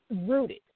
Rooted